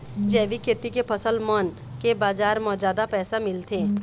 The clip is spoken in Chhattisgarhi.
जैविक खेती के फसल मन के बाजार म जादा पैसा मिलथे